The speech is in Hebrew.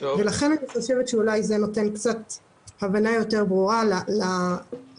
אני חושבת שזה נותן הבנה קצת יותר ברורה לצורה